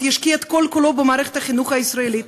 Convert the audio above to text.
ישקיע את כל-כולו במערכת החינוך הישראלית.